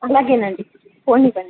అలాగేనండి పోనివ్వండి